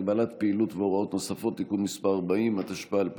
(הגבלת פעילות והוראות נוספות) (תיקון מס' 40),